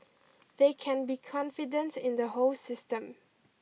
they can be confident in the whole system